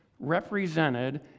represented